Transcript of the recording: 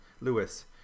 Lewis